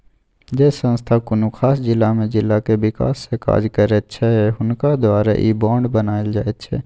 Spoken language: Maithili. जे संस्था कुनु खास जिला में जिला के विकासक काज करैत छै हुनका द्वारे ई बांड बनायल जाइत छै